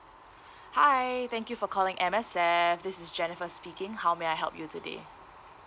hi thank you for calling M_S_F this is jennifer speaking how may I help you today